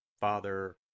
Father